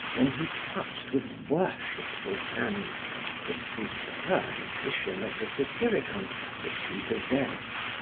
when he touched with worshipful hands the superb edition of the satyricon which he possessed,